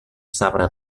sabre